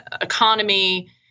economy